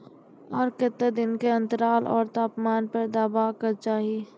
आर केते दिन के अन्तराल आर तापमान पर देबाक चाही?